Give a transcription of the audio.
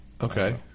okay